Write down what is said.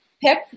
pick